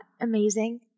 amazing